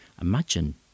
Imagine